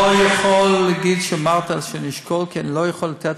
הם היו אצלי בלשכה והבהרתי, אני לא יכולתי.